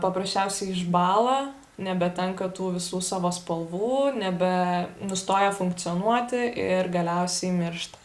paprasčiausiai išbąla nebetenka tų visų savo spalvų nebe nustoja funkcionuoti ir galiausiai miršta